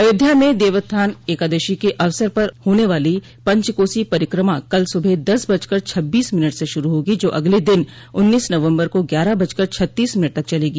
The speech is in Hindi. अयोध्या में देवोत्थान एकादशी के अवसर पर होने वाली पंचकोसी परिक्रमा कल सुबह दस बजकर छब्बीस मिनट से शुरू होगी जो अगले दिन उन्नीस नवंबर को ग्यारह बजकर छत्तीस मिनट तक चलेगी